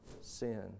sin